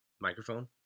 Microphone